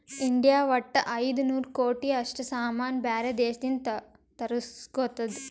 India ವಟ್ಟ ಐಯ್ದ ನೂರ್ ಕೋಟಿ ಅಷ್ಟ ಸಾಮಾನ್ ಬ್ಯಾರೆ ದೇಶದಿಂದ್ ತರುಸ್ಗೊತ್ತುದ್